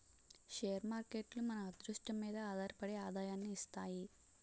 share మార్కేట్లు మన అదృష్టం మీదే ఆధారపడి ఆదాయాన్ని ఇస్తాయి